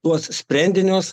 tuos sprendinius